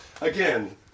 again